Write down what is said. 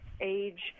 age